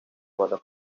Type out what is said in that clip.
was